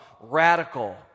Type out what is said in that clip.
radical